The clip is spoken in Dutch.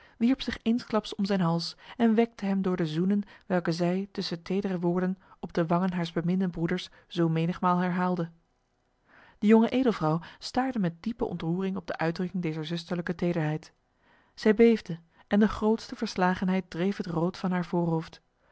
wierp zich eensklaps om zijn hals en wekte hem door de zoenen welke zij tussen tedere woorden op de wangen haars beminden broeders zo menigmaal herhaalde de jonge edelvrouw staarde met diepe ontroering op de uitdrukking dezer zusterlijke tederheid zij beefde en de grootste verslagenheid dreef het rood van haar voorhoofd